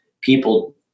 people